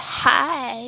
hi